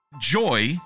joy